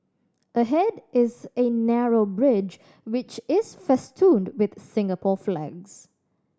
ahead is a narrow bridge which is festooned with Singapore flags